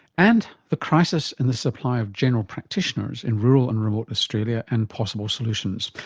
and the crisis in the supply of general practitioners in rural and remote australia, and possible solutions.